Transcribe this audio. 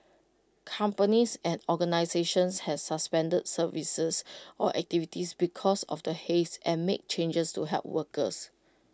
companies and organisations has suspended services or activities because of the haze and made changes to help workers